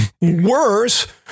Worse